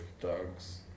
dogs